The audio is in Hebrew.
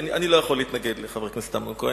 אני לא יכול להתנגד לחבר הכנסת אמנון כהן.